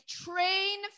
train